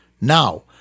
Now